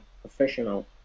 professional